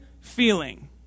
feeling